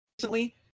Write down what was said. recently